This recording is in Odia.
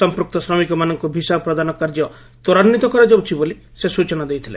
ସମ୍ପୃକ୍ତ ଶ୍ରମିକମାନଙ୍କୁ ଭିସା ପ୍ରଦାନ କାର୍ଯ୍ୟ ତ୍ୱରାନ୍ଧିତ କରାଯାଉଛି ବୋଲି ସେ ସ୍ଟଚନା ଦେଇଛନ୍ତି